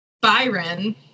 Byron